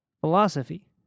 philosophy